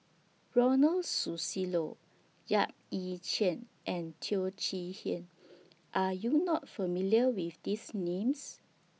Ronald Susilo Yap Ee Chian and Teo Chee Hean Are YOU not familiar with These Names